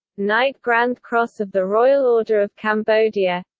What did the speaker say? knight grand cross of the royal order of cambodia